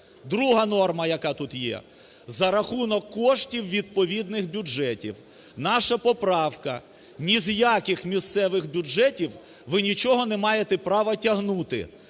Друга норма, яка тут є: за рахунок коштів відповідних бюджетів. Наша поправка: ні з яких місцевих бюджетів ви нічого не маєте права тягнути.